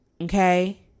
okay